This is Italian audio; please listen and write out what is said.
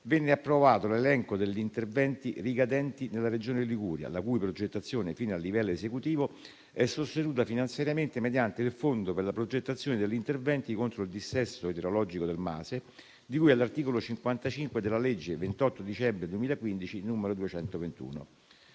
venne approvato l'elenco degli interventi ricadenti nella Regione Liguria, la cui progettazione, fino al livello esecutivo, è sostenuta finanziariamente mediante il fondo per la progettazione degli interventi contro il dissesto idrologico del MASE, di cui all'articolo 55 della legge 28 dicembre 2015, n. 221.